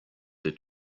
the